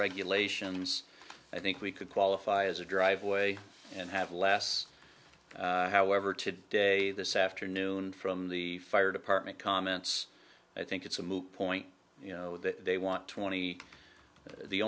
regulations i think we could qualify as a driveway and have less however today this afternoon from the fire department comments i think it's a moot point you know that they want twenty the